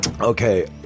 Okay